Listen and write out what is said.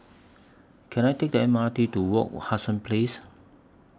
Can I Take The M R T to Wak Hassan Place